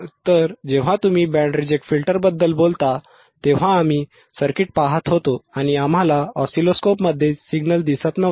तर जेव्हा तुम्ही बँड रिजेक्ट फिल्टरबद्दल बोलता तेव्हा आम्ही सर्किट पाहत होतो आणि आम्हाला ऑसिलोस्कोपमध्ये सिग्नल दिसत नव्हता